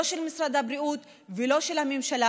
לא של משרד הבריאות ולא של הממשלה.